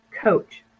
coach